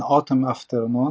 "An Autumn Afternoon"